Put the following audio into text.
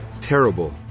Terrible